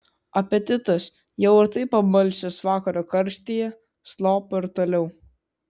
apetitas jau ir taip apmalšęs vakaro karštyje slopo ir toliau